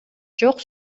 жок